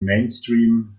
mainstream